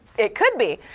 it could be.